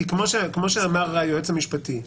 כי כמו שאמר היועץ המשפטי,